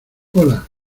hola